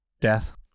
Death